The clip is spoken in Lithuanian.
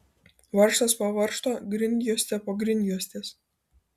varžtas po varžto grindjuostė po grindjuostės